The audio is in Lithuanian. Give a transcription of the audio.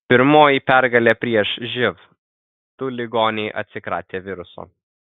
pirmoji pergalė prieš živ du ligoniai atsikratė viruso